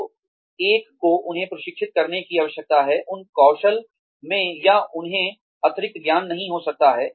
तो एक को उन्हें प्रशिक्षित करने की आवश्यकता है उन कौशल में या उन्हें अतिरिक्त ज्ञान नहीं हो सकता है